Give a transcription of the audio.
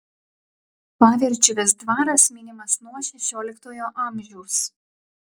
pavirčiuvės dvaras minimas nuo šešioliktojo amžiaus